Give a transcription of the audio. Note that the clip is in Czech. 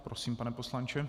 Prosím, pane poslanče.